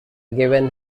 given